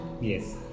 Yes